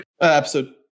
Episode